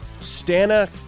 Stana